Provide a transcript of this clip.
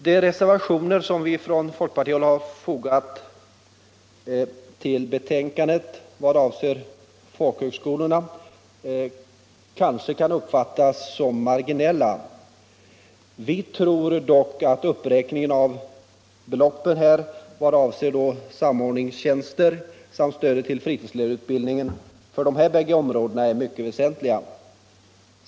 De reservationer som vi från folkpartihåll har fogat till betänkandet vad avser folkhögskolorna kan kanske uppfattas som marginella. Vi tror dock att uppräkningen av beloppet när det gäller samordningstjänster samt stödet till fritidsledarutbildningen för de här bägge områdena är mycket väsentliga.